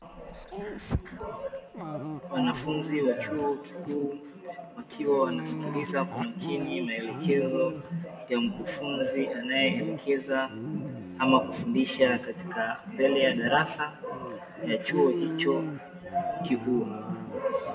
Wanafunzi wa chuo kikuu, wakiwa wanasikiliza kwa makini maelekezo ya mkufunzi anayelekeza ama kufundisha, katika mbele ya darasa ya chuo hicho kikuu.